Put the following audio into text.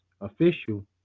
official